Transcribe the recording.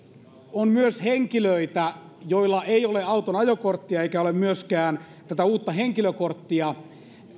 on myös henkilöitä joilla ei ole auton ajokorttia eikä ole myöskään tätä uutta henkilökorttia